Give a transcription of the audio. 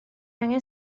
angen